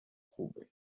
خوبه